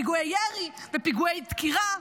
פיגועי ירי ופיגועי דקירה.